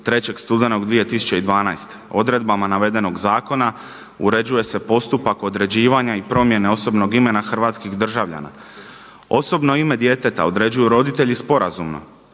3. studenog 2012. Odredbama navedenog zakona uređuje se postupak određivanja i promjene osobnog imena hrvatskih državljana. Osobno ime djeteta određuju roditelji sporazumno,